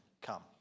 come